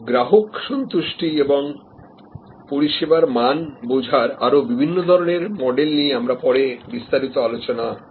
গ্রাহক সন্তুষ্টি এবং পরিষেবার মান বোঝার আরো বিভিন্ন ধরনের মডেল নিয়ে আমরা পরে বিস্তারিত আলোচনা করব